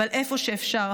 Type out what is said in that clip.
אבל איפה שאפשר,